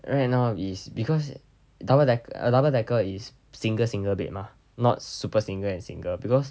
right now is because double dec~ double decker is single single bed mah not super single and single because